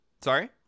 Sorry